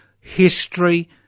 history